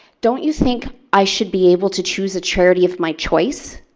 don't you think i should be able to choose a charity of my choice?